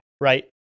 right